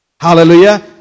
Hallelujah